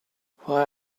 why